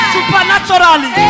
Supernaturally